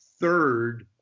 third